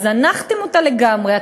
זנחתם אותה לגמרי,